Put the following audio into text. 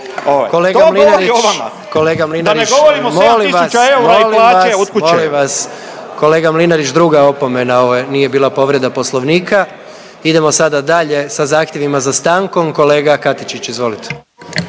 Kolega Mlinarić druga opomena, ovo nije bila povreda poslovnika. Idemo sada dalje sa zahtjevima sa stankom, kolega Katičić izvolite.